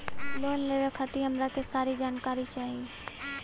Loan लेवे खातीर हमरा के सारी जानकारी चाही?